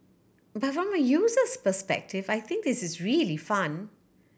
but from a user's perspective I think this is really fun